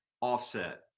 offset